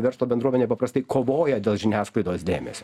verslo bendruomenė paprastai kovoja dėl žiniasklaidos dėmesio